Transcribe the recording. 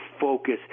focus